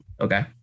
Okay